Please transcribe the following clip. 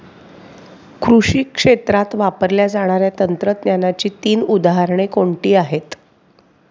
कृषी क्षेत्रात वापरल्या जाणाऱ्या तंत्रज्ञानाची तीन उदाहरणे कोणती आहेत?